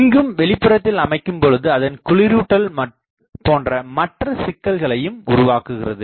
இங்கும் வெளிப்புறத்தில் அமைக்கும் பொழுது அதன் குளிரூட்டல் போன்ற மற்ற சிக்கல்களையும் உருவாக்குகிறது